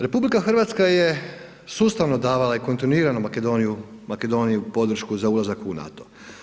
RH je sustavno davala i kontinuirano Makedoniji podršku za ulazak u NATO.